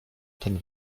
ten